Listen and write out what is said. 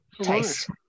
taste